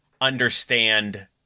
understand